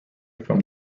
from